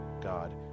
God